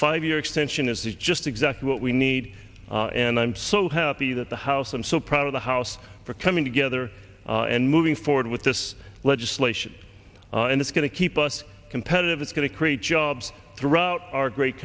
five year extension is just exactly what we need and i'm so happy that the house i'm so proud of the house for coming together and moving forward with this legislation and it's going to keep us competitive it's going to create jobs throughout our great